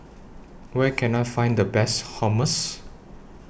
Where Can I Find The Best Hummus